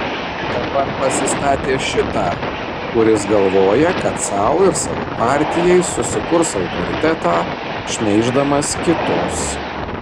dabar pasistatė šitą kuris galvoja kad sau ir savo partijai susikurs autoritetą šmeiždamas kitus